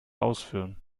ausführen